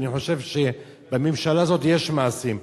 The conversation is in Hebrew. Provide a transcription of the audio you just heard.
ואני חושב שבממשלה הזו יש מעשים,